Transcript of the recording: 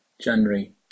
January